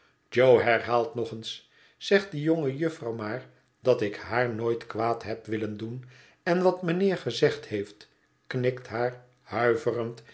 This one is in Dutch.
jo herhaalt nog eens zeg die jonge jufvrouw maar dat ik haar nooit kwaad heb willen doen en wat mijnheer gezegd heeft knikt haar huiverend